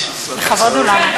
לכבוד הוא לנו.